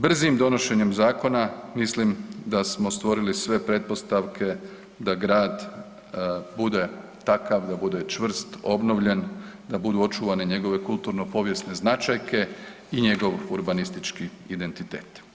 Brzim donošenjem zakona mislim da smo stvorili sve pretpostavke da grad bude takav, da bude čvrst, obnovljen, da budu očuvane njegove kulturno-povijesne značajke i njegov urbanistički identitet.